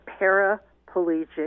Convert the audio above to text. paraplegic